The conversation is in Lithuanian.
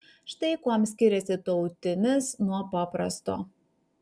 štai kuom skiriasi tautinis nuo paprasto